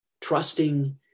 trusting